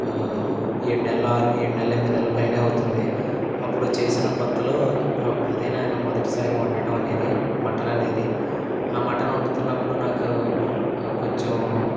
ఏడు నెలల ఆరు ఏడు నెలల ఏనిమిది నెలల పైనే అవుతుంది అప్పుడు చేసిన కొత్తలో అపు అదే నేను మొదటిసారి వండటం అనేది మటన్ అనేది ఆ మటన్ వండుతున్నప్పుడు నాకు కొంచెం